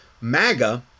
MAGA